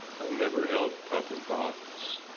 i've never held public office.